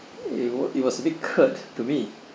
it was it was a big kurt to me